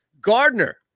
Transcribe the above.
Gardner